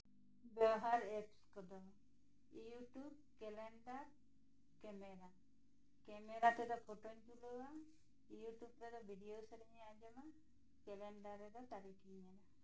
ᱡᱟᱦᱟᱸᱭ ᱮᱯᱥ ᱠᱚᱫᱚ YouTube calendar camera camera ᱛᱮᱫᱚ ᱯᱷᱳᱴᱳᱧ ᱛᱩᱞᱟᱹᱣᱟ ᱤᱭᱩᱴᱩᱵ ᱛᱮᱫᱚ ᱵᱷᱤᱰᱤᱭᱮᱧ ᱧᱮᱞᱟ ᱠᱮᱞᱮᱱᱰᱟᱨ ᱨᱮᱫᱚ ᱛᱟᱨᱤᱠᱷᱤᱧ ᱧᱮᱞᱟ